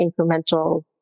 incremental